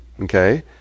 okay